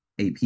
AP